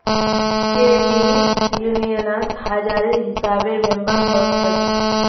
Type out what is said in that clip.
credit यूनियनत हजारेर हिसाबे मेम्बर हछेक